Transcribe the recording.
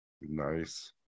Nice